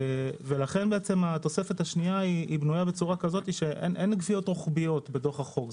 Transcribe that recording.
לכן התוספת השנייה בנויה כך שאין קביעות רוחביות בתוך החוק.